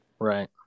Right